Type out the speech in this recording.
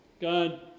God